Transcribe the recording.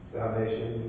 Salvation